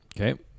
Okay